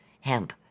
hemp